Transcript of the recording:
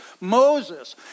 Moses